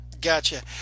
Gotcha